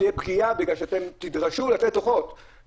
תהיה בכייה בגלל שאתם תדרשו לתת דו"חות.